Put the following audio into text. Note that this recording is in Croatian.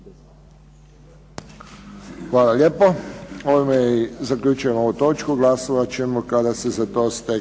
Hvala lijepo. Ovime zaključujem ovu točku. Glasovat ćemo kada se za to steknu